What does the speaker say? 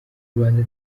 rwanda